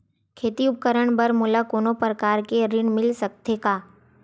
खेती उपकरण बर मोला कोनो प्रकार के ऋण मिल सकथे का?